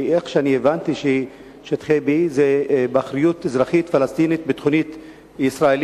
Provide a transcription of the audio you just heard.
ואיך שאני הבנתי ששטחי B זה באחריות אזרחית פלסטינית וביטחונית ישראלית,